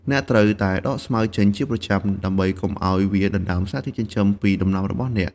អ្នកត្រូវតែដកស្មៅចេញជាប្រចាំ ដើម្បីកុំឱ្យវាដណ្តើមសារធាតុចិញ្ចឹមពីដំណាំរបស់អ្នក។